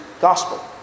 gospel